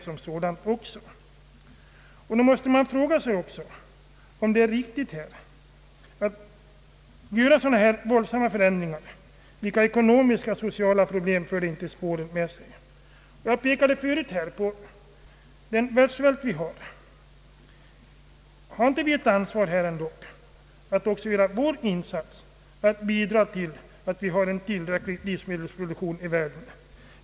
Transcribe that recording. Nog måste man också fråga sig om det är riktigt att göra dylika våldsamma förändringar. Vilka ekonomiska och sociala problem för det inte med sig! Jag pekade förut på den världssvält som råder. Har vi ändå inte ett ansvar att göra vår insats för att bidraga till en tillräcklig livsmedelsproduktion i världen?